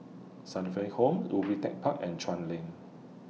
Sunnyville Home Ubi Tech Park and Chuan Lane